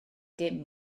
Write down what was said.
dim